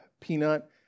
peanut